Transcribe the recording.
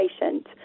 patient